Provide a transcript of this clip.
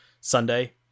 sunday